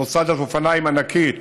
אוטוסטרדת אופניים ענקית